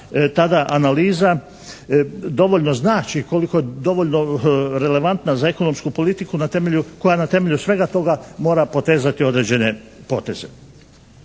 tada analiza dovoljno znači, koliko je dovoljno relevantna za ekonomsku politiku koja na temelju svega toga mora potezati određene poteze.